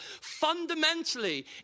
Fundamentally